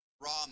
raw